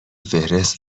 فهرست